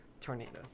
Tornadoes